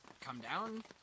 come-down